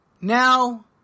now